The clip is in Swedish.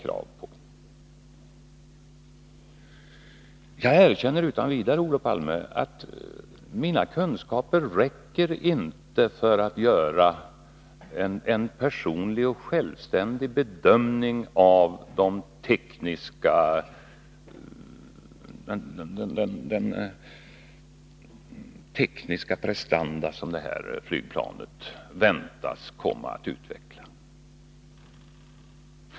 Jag erkänner utan vidare, Olof Palme, att mina kunskaper inte räcker för att göra en personlig och självständig bedömning av de tekniska prestanda som det här flygplanet väntas komma att utveckla.